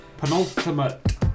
penultimate